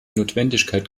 notwendigkeit